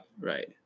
Right